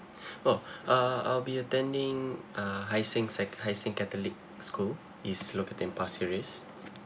oh uh I'll be attending uh hai sing sec~ hai sing catholic school it's located in pasir ris